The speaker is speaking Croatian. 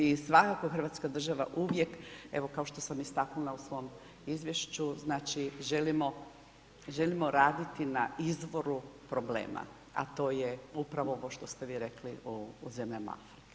I svakako Hrvatska država uvijek, evo kao što sam istaknula u svom izvješću znači želimo, želimo raditi na izvoru problema, a to je upravo ovo što ste vi rekli o zemljama Afrike.